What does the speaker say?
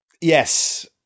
Yes